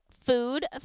Food